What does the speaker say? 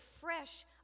fresh